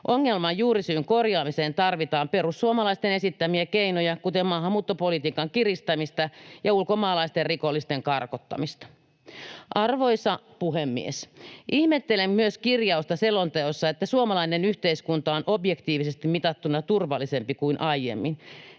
Ongelman juurisyyn korjaamiseen tarvitaan perussuomalaisten esittämiä keinoja, kuten maahanmuuttopolitiikan kiristämistä ja ulkomaalaisten rikollisten karkottamista. Arvoisa puhemies! Ihmettelen myös kirjausta selonteossa, että suomalainen yhteiskunta on objektiivisesti mitattuna turvallisempi kuin aiemmin.